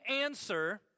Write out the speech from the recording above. answer